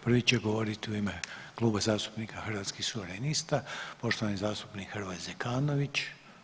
Prvi će govoriti u ime Kluba zastupnika Hrvatskih suverenista poštovani zastupnik Hrvoje Zekanović.